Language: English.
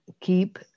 keep